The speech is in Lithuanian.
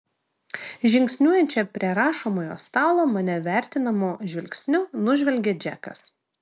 žingsniuojančią prie rašomojo stalo mane vertinamu žvilgsniu nužvelgia džekas